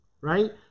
right